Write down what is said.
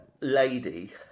lady